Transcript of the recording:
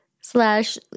slash